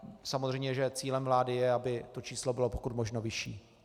A samozřejmě že cílem vlády je, aby to číslo bylo pokud možno vyšší.